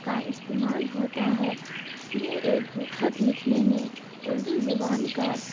کا استعمال ہوتا ہے یہ ایک خط لکھنے میں اردو زبان کا